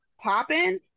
popping